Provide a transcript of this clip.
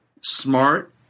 smart